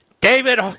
David